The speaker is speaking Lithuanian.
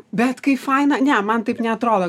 bet kai faina ne man taip neatrodo